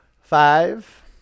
Five